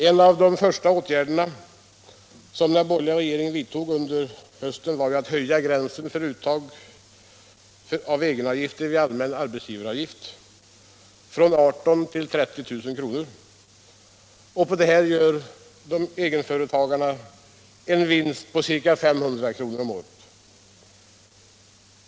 En av de första åtgärder som den borgerliga regeringen vidtog under hösten var ju att höja gränsen för uttag av egenavgifter vid erläggande av allmän arbetsgivaravgift från 18 000 till 30 000 kr. På detta gör egenföretagarna en vinst på ca 500 kr. om året.